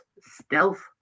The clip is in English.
stealth